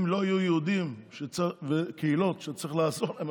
אם לא יהיו יהודים וקהילות שצריך לעזור להם,